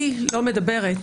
היא לא מדברת.